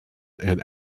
and